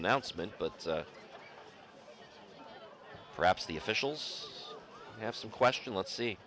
announcement but perhaps the officials have some question let's see